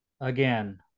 again